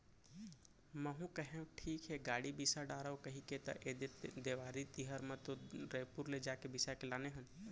महूँ कहेव ठीक हे गाड़ी बिसा डारव कहिके त ऐदे देवारी तिहर म तो रइपुर ले जाके बिसा के लाने हन